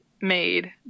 made